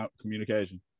communication